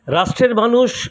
রাষ্ট্রের মানুষ